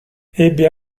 ebbe